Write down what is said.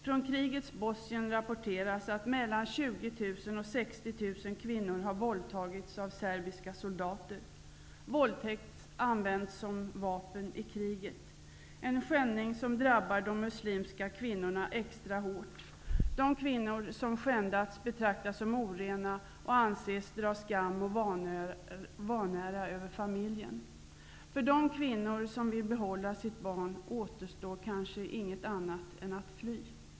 Från krigets Bosnien rapporteras att mel lan 20 000 och 60 000 kvinnor har våldtagits av serbiska soldater. Våldtäkt används som vapen i kriget. Det är en skändning som drabbar de mus limska kvinnorna extra hårt. De kvinnor som skändats betraktas som orena och anses dra skam och vanära över familjen. För de kvinnor som vill behålla sitt barn återstår kanske inget annat än att fly.